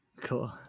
Cool